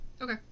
Okay